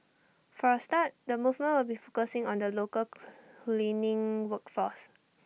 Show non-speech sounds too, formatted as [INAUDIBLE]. for A start the movement will be focusing on the local [NOISE] cleaning work force